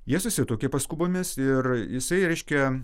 jie susituokė paskubomis ir jisai reiškia